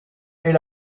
est